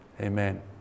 Amen